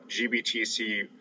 GBTC